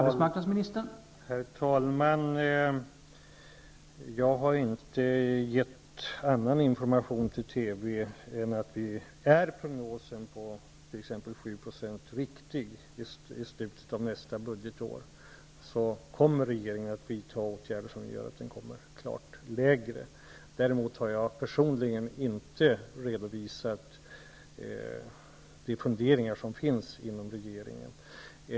Herr talman! Jag har inte gett någon annan information till TV än att, om prognosen på t.ex. 7 % arbetslöshet i slutet av nästa budgetår är riktig, regeringen kommer att vidta åtgärder som innebär att den sänks. Jag har däremot inte personligen redovisat de funderingar som finns inom regeringen.